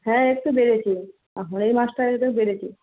হ্যাঁ একটু বেড়েছে এখন এই মাসটায় একটু বেড়েছে